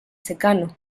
secano